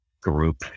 group